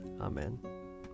Amen